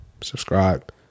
Subscribe